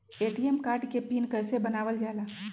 ATM card के PIN कैसे बनावल जाला?